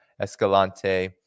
Escalante